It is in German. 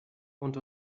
und